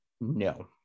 no